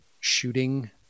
shooting